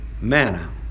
manna